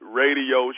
radio